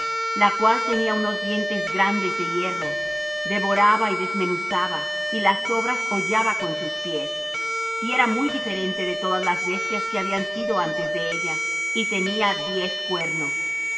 la cual tenía unos dientes grandes de hierro devoraba y desmenuzaba y las sobras hollaba con sus pies y era muy diferente de todas las bestias que habían sido antes de ella y tenía diez cuernos